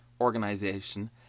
organization